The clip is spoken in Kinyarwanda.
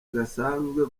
gasanzwe